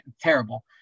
terrible